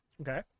Okay